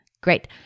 Great